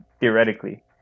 theoretically